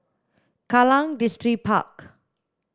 Kallang Distripark